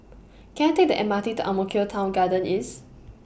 Can I Take The M R T to Ang Mo Kio Town Garden East